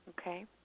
Okay